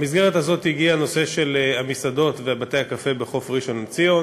למסגרת הזאת הגיע הנושא של המסעדות ובתי-הקפה בחוף ראשון-לציון,